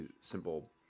simple